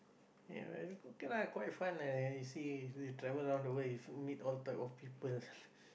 ya okay lah quite fun lah you see you travel around the world you meet all type of people